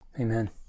Amen